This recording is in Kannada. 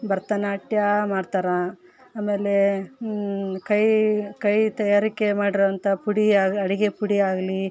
ಭರತನಾಟ್ಯ ಮಾಡ್ಥಾರೆ ಆಮೇಲೆ ಕೈ ಕೈ ತಯಾರಿಕೆ ಮಾಡಿರೋವಂಥ ಪುಡಿ ಆಗ ಅಡಿಗೆ ಪುಡಿ ಆಗಲಿ